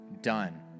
done